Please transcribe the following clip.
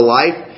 life